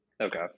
Okay